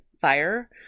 fire